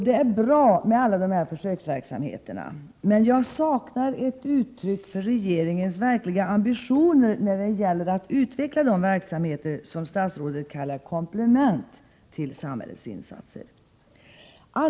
Det är bra med alla de här försöksverksamheterna, men jag saknar ett uttryck för regeringens verkliga ambitioner när det gäller att utveckla de verksamheter som statsrådet kallar komplement till samhällets insatser.